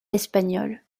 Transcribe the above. espagnol